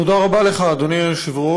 תודה רבה לך, אדוני היושב-ראש,